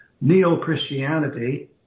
Neo-Christianity